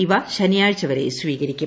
ഇവ ശനിയാഴ്ച വരെ സ്വീകരിക്കും